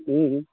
हुँ हुँ